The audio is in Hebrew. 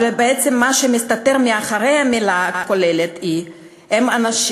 אבל בעצם מה שמסתתר מאחורי המילה הכוללת זה אנשים.